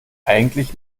eigentlich